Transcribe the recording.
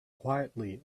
quietly